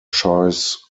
choice